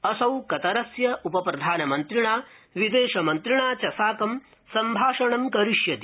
असौ कतरस्य उपप्रधानमन्त्रिणा विदेश मन्त्रिणा च साकं सम्भाषणं करिष्यति